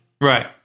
Right